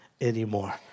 anymore